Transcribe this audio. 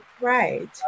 Right